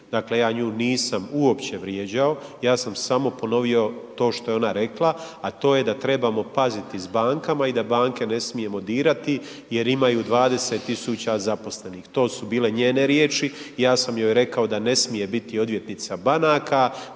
Dakle, ja nju nisam uopće vrijeđao, ja sam samo ponovio to što je ona rekla, a to je da trebamo paziti s bankama i da banke ne smijemo dirati jer imaju 20 000 zaposlenih. To su bile njene riječi. Ja sam joj rekao da ne smije biti odvjetnica banaka